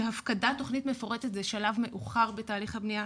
שהפקדת תכנית מפורטת זה שלב מאוחר בתהליך הבנייה,